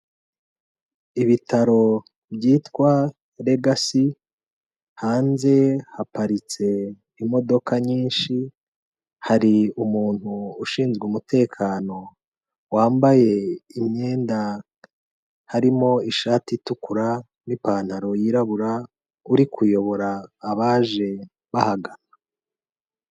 Ibitaro byitwa Legacy, hanze haparitse imodoka nyinshi, hari umuntu ushinzwe umutekano wambaye imyenda harimo ishati itukura n'ipantaro yirabura, uri kuyobora abaje bahagana.